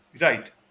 right